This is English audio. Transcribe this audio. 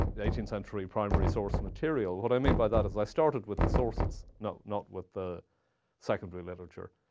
eighteenth century primary source material. what i mean by that is i started with the sources, not not with the secondary literature.